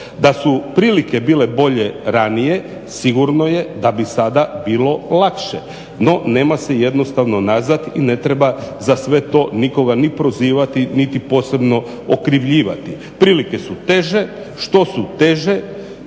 Da su prilike bile bolje ranije sigurno je da bi sada bilo lakše. No, nema se jednostavno nazad i ne treba za sve to nikoga ni prozivati, niti posebno okrivljivati. Prilike su teže. Što su teže